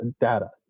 data